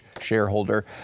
shareholder